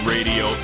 Radio